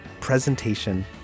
presentation